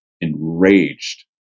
enraged